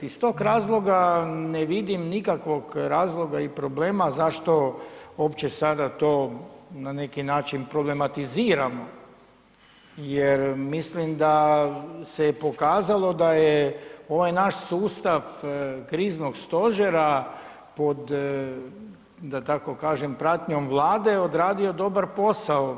Iz tog razloga ne vidim nikakvog razloga i problema zašto opće sada to na neki način problematiziramo jer mislim da se je pokazalo da je ovaj naš sustav kriznog stožera pod, da tako kažem, pratnjom Vlade odradio dobar posao.